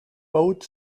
boat